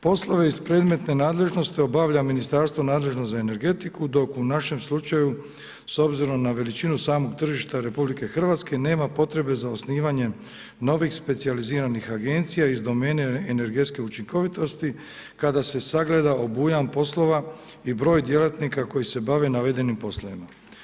Poslove iz predmetne nadležnosti obavlja ministarstvo nadležno za energetiku dok u našem slučaju s obzirom na veličinu samog tržišta RH nema potrebe za osnivanjem novih specijaliziranih agencija iz domene energetske učinkovitosti kada se sagleda obujam poslova i broj djelatnika koji se bave navedenim poslovima.